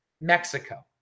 Mexico